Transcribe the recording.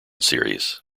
series